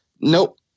nope